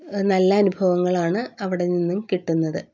നല്ല അനുഭവങ്ങളാണ് അവിടെ നിന്നും കിട്ടുന്നത്